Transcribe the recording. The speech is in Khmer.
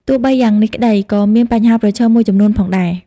ទោះបីយ៉ាងនេះក្តី ក៏មានបញ្ហាប្រឈមមួយចំនួនផងដែរ។